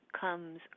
comes